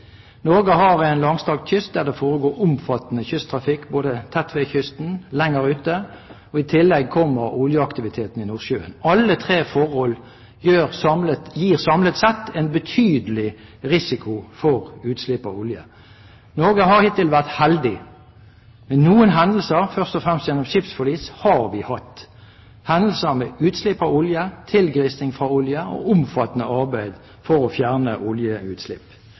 Norge har en langstrakt kyst, der det foregår omfattende kysttrafikk, både tett ved kysten og lenger ute. I tillegg kommer oljeaktiviteten i Nordsjøen. Alle tre forhold utgjør samlet sett en betydelig risiko for utslipp av olje. Norge har hittil vært heldig, men noen hendelser – først og fremst gjennom skipsforlis – har vi hatt, hendelser med utslipp av olje, tilgrising etter oljeutslipp og omfattende arbeid for å fjerne oljeutslipp.